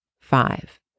Five